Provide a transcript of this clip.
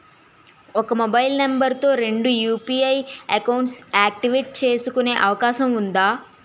ఒక mobile number తో రెండు యు.పి.ఐ అకౌంట్స్ యాక్టివేట్ చేసుకునే అవకాశం వుందా?